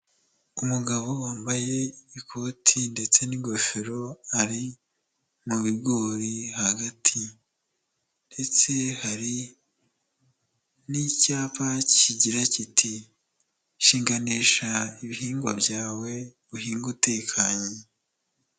Umugabo wambaye ikoti ndetse n'ingofero ari mu bigori hagati. Ndetse hari n'icyapa kigira kiti ''shinganisha ibihingwa byawe uhinge utekanye''